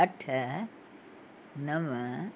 अठ नव